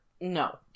no